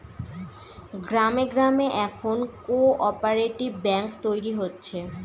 গ্রামে গ্রামে এখন কোঅপ্যারেটিভ ব্যাঙ্ক তৈরী হচ্ছে